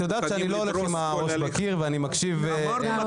אני לא הולך עם הראש בקיר ואני מקשיב להערות.